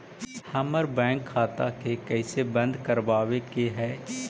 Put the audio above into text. हमर बैंक खाता के कैसे बंद करबाबे के है?